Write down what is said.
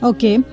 Okay